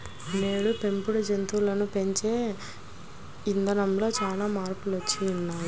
నేడు పెంపుడు జంతువులను పెంచే ఇదానంలో చానా మార్పులొచ్చినియ్యి